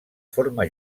forma